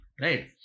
right